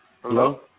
Hello